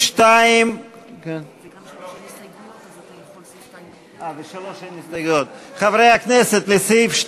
56. הסתייגות 7 לסעיף 2